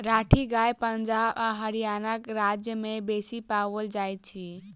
राठी गाय पंजाब आ हरयाणा राज्य में बेसी पाओल जाइत अछि